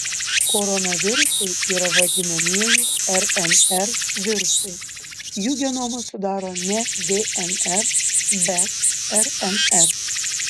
koronavirusai yra vadinamieji rnr virusai jų genomą sudaro ne dnr bet rnr